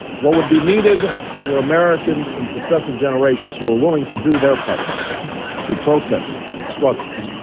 what would be needed where americans in successive generations who were willing to do their part through protests and struggles.